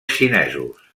xinesos